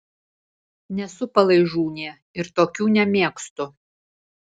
nesu palaižūnė ir tokių nemėgstu